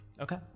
Okay